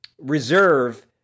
reserve